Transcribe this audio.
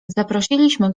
zaprosiliśmy